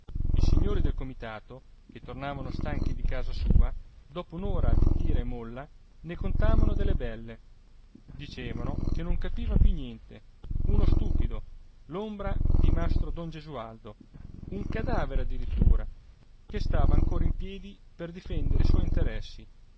i signori del comitato che tornavano stanchi di casa sua dopo un'ora di tira e molla ne contavano delle belle dicevano che non capiva più niente uno stupido l'ombra di mastro don gesualdo un cadavere addirittura che stava ancora in piedi per difendere i suoi interessi